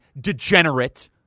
degenerate